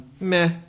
Meh